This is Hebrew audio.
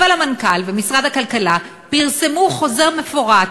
אבל המנכ"ל ומשרד הכלכלה פרסמו חוזר מפורט